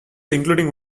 including